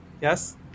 Yes